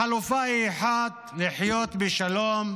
החלופה האחת היא לחיות בשלום